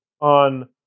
on